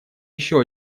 еще